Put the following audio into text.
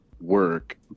work